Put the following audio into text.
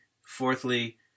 fourthly